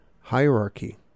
hierarchy